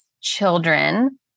children